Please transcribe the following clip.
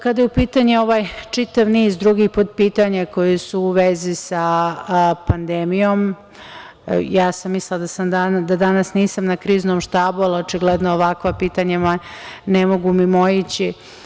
Kada je u pitanju ovaj čitav niz drugih podpitanja koji su u vezi sa pandemijom, ja sam mislila da danas nisam na Kriznom štabu, ali očigledno me ovakva pitanja ne mogu mimoići.